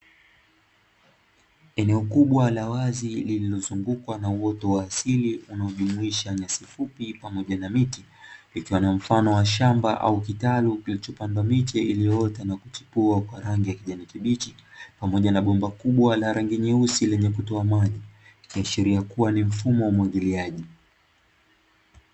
Eneo kubwa la wazi lililo zungukwa na uoto wa asili unaojumuisha nyasi fupi pamoja na miti ikiwa na mfano wa shamba au kitalu kilichpandwa miche iliyoota na kuchipua kwa rangi ya kijani kibichi pamoja na bomba kubwa la rangi nyeusi lenye kutoa maji ikiashiria kuwa ni mfumo wa umwagiliaji.